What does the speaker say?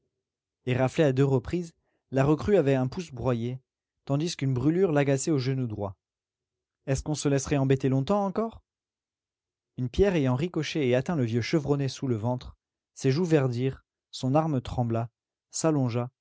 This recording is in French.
eraflée à deux reprises la recrue avait un pouce broyé tandis qu'une brûlure l'agaçait au genou droit est-ce qu'on se laisserait embêter longtemps encore une pierre ayant ricoché et atteint le vieux chevronné sous le ventre ses joues verdirent son arme trembla s'allongea